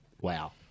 wow